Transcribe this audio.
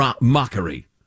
mockery